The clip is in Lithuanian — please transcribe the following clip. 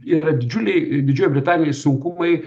yra didžiuliai didžiojoj britanijoj sunkumai